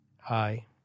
Hi